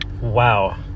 wow